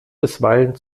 bisweilen